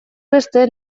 beste